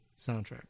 soundtrack